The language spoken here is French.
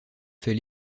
fait